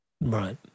Right